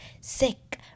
sick